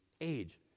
age